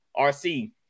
RC